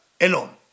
alone